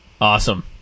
Awesome